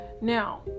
Now